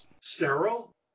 Sterile